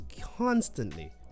constantly